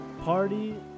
party